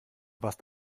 warst